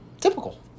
Typical